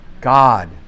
God